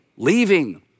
leaving